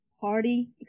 party